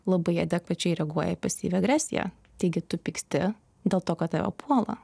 labai adekvačiai reaguoja į pasyvią agresiją taigi tu pyksti dėl to kad tave puola